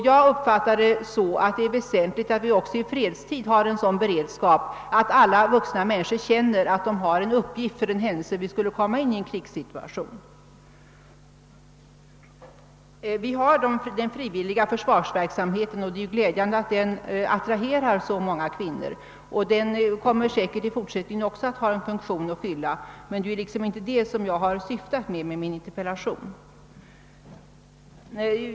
Jag uppfattar det så, att det är väsentligt att vi också i fredstid har en sådan beredskap, att alla vuxna människor känner att de har en uppgift för den händelse vi skulle komma in i en krigssituation. Vi har den frivilliga försvarsverksamheten, och det är glädjande att den attraherar så många kvinnor. Den kommer säkerligen också i fortsättningen att ha en funktion att fylla, men det är ju inte det jag avsett med min interpellation.